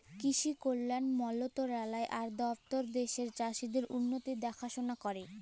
কিসি কল্যাল মলতরালায় আর দপ্তর দ্যাশের চাষীদের উল্লতির দেখাশোলা ক্যরে